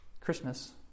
Christmas